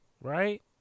Right